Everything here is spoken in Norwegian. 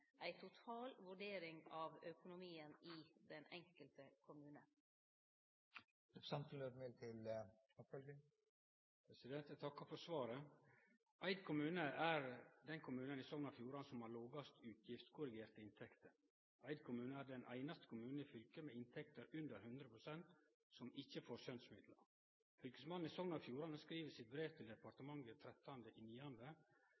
ei total vurdering av økonomien i den enkelte kommune. Eg takkar for svaret. Eid kommune er den kommunen i Sogn og Fjordane som har lågast utgiftskorrigerte inntekter. Eid kommune er den einaste kommunen i fylket med inntekter under 100 pst. som ikkje får skjønsmidlar. Fylkesmannen i Sogn og Fjordane skriv i brevet sitt til